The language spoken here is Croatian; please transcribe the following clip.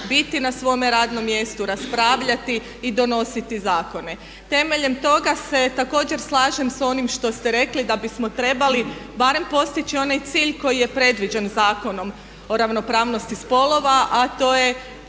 biti na svome radnome mjestu, raspravljati i donositi zakone. Temeljem toga se također slažem s onim što ste rekli da bismo trebali barem postići onaj cilj koji je predviđen Zakonom o ravnopravnosti spolova a to je